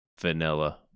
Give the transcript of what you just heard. vanilla